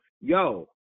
yo